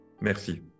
Merci